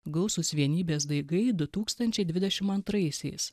gausūs vienybės daigai du tūkstančiai dvidešim antraisiais